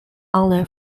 only